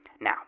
now